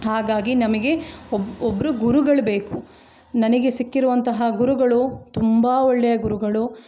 ಹಾಗಾಗಿ ನಮಗೆ ಒಬ್ಬ ಒಬ್ರು ಗುರುಗಳು ಬೇಕು ನನಗೆ ಸಿಕ್ಕಿರುವಂತಹ ಗುರುಗಳು ತುಂಬ ಒಳ್ಳೆಯ ಗುರುಗಳು